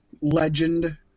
legend